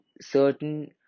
certain